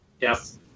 Yes